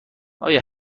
آیا